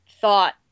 thought